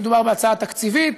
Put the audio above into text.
שמדובר בהצעה תקציבית,